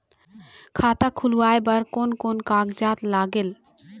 खाता खुलवाय बर कोन कोन कागजात लागेल?